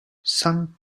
sung